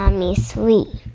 um me sleep.